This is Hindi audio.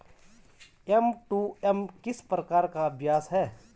एम.टू.एम किस प्रकार का अभ्यास है?